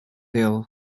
dele